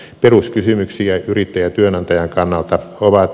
peruskysymyksiä yrittäjätyönantajan kannalta ovat